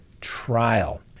trial